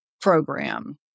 program